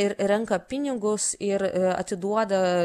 ir renka pinigus ir atiduoda